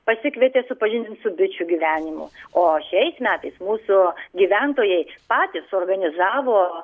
pasikvietė supažindint su bičių gyvenimu o šiais metais mūsų gyventojai patys organizavo